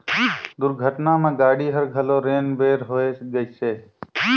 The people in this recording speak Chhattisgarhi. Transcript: दुरघटना म गाड़ी हर घलो रेन बेर होए गइसे